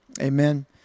amen